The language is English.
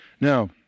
Now